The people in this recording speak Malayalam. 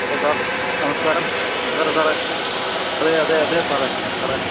ഹലോ സാർ നമസ്ക്കാരം സാറേ അതെ അതെ അതെ സാറേ പറ